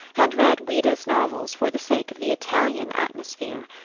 and read ouida's novels for the sake of the italian atmosphere.